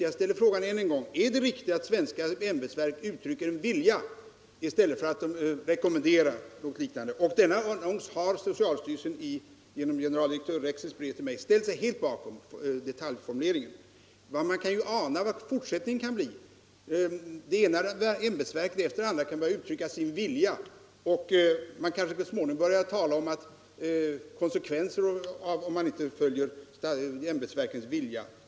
Jag ställer därför frågan än en gång: Är det riktigt att svenska ämbetsverk uttrycker sin vilja i stället för att rekommendera eller något liknande? Denna annons har socialstyrelsen genom generaldirektör Rexeds brev till mig ställt sig helt bakom beträffande detaljformuleringarna. Man kan ju ana vad fortsättningen kan bli. Det ena ämbetsverket efter det andra kan börja uttrycka sin vilja, och så småningom kanske de börjar tala om att det kan bli konsekvenser för den som inte följer ämbetsverkets vilja.